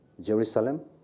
Jerusalem